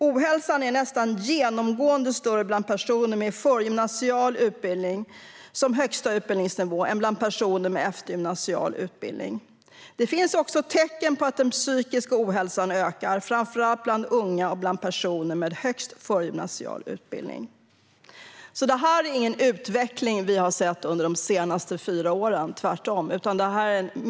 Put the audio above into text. Ohälsan är nästan genomgående större bland personer med förgymnasial utbildning som högsta utbildningsnivå än bland personer med eftergymnasial utbildning. Det finns också tecken på att den psykiska ohälsan ökar, framför allt bland unga och bland personer med högst förgymnasial utbildning. Det här är alltså ingen utveckling som vi bara har sett under de senaste fyra åren.